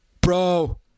Bro